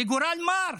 לגורל מר,